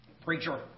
Preacher